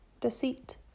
deceit